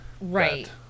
right